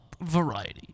variety